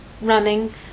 running